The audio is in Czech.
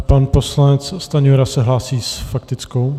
Pan poslanec Stanjura se hlásí s faktickou.